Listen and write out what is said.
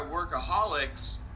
workaholics